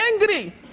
angry